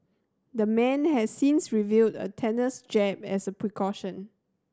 the man has since reviewed a tetanus jab as a precaution